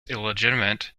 illegitimate